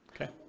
Okay